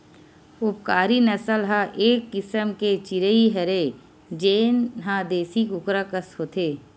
उपकारी नसल ह एक किसम के चिरई हरय जेन ह देसी कुकरा कस होथे